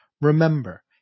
Remember